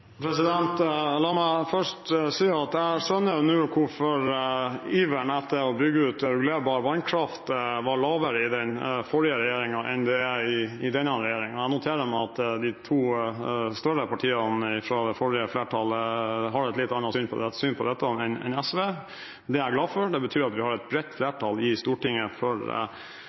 La meg først si at jeg nå skjønner hvorfor iveren etter å bygge ut regulerbar vannkraft var lavere i den forrige regjeringen enn den er i denne regjeringen. Jeg noterer meg at de to større partiene fra det forrige flertallet har et litt annet syn på dette enn SV. Det er jeg glad for, det betyr at vi har et bredt